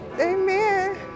Amen